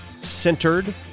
centered